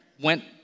went